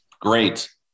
great